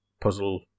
puzzle